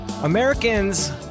Americans